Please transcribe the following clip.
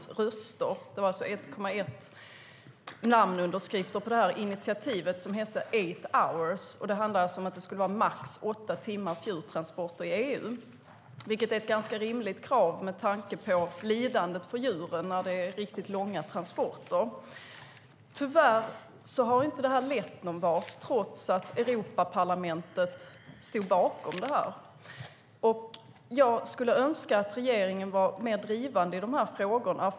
Det var 1,1 miljoner namnunderskrifter för det här initiativet som hette 8 Hours, och det handlade om att djurtransporter i EU ska vara max åtta timmar långa, vilket är ett ganska rimligt krav med tanke på lidandet för djuren när det är riktigt långa transporter. Tyvärr har det här inte lett någon vart, trots att Europaparlamentet stod bakom det. Jag skulle önska att regeringen var mer drivande i de här frågorna.